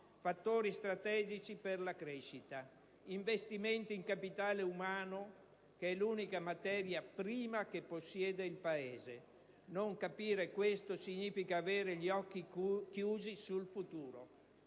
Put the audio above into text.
Fattori strategici per la crescita, investimenti in capitale umano, che è l'unica materia prima che possiede il Paese: non capire questo significa avere gli occhi chiusi sul futuro.